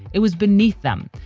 it was beneath them.